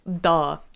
duh